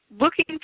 Looking